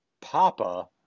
Papa